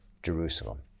Jerusalem